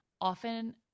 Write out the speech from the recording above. often